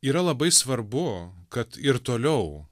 yra labai svarbu kad ir toliau